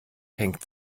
hängt